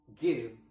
give